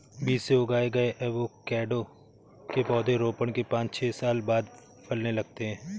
बीज से उगाए गए एवोकैडो के पौधे रोपण के पांच से छह साल बाद फलने लगते हैं